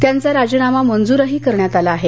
त्यांचा राजीनामा मंजूरही करण्यात आला आहे